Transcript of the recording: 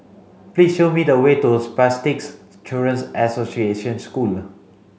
please show me the way to Spastics Children's Association School